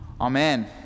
Amen